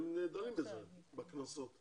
הם נהדרים בקנסות.